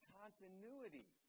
continuity